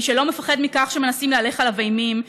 מי שלא מפחד מכך שמנסים להלך עליו אימים,